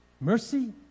mercy